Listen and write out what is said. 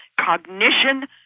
cognition